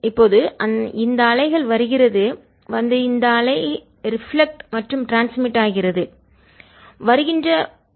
இப்போது இந்த அலைகள் வருகிறது வந்து இந்த அலை ரிஃப்ளெக்ட்டட் மற்றும் ட்ரான்ஸ்மிட்டட் ஆகிறது பரவுகிறது பிரதிபலிக்கிறது